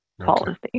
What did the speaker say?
policy